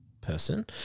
Person